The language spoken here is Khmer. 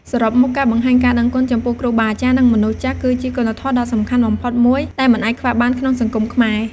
សរុបមក ការបង្ហាញការដឹងគុណចំពោះគ្រូបាអាចារ្យ និងមនុស្សចាស់ គឺជាគុណធម៌ដ៏សំខាន់បំផុតមួយដែលមិនអាចខ្វះបានក្នុងសង្គមខ្មែរ។